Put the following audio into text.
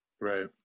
Right